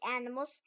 animals